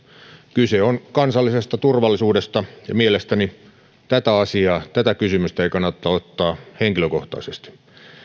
kyse on kansallisesta turvallisuudesta ja mielestäni tätä asiaa tätä kysymystä ei kannata ottaa henkilökohtaisesti